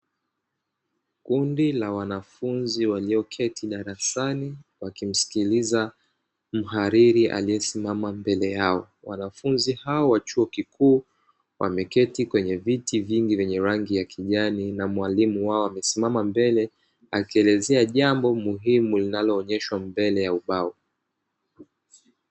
Kundi la wanafunzi walioketi darasani wakimsikiliza mhariri aliyesimama mbele yao. Wanafunzi hawa wa chuo kikuu wameketi kwenye viti vingi vyenye rangi ya kijani, na mwalimu wao amesimama mbele akielezea jambo muhimu linaloonyeshwa mbele ya ubao.